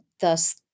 thus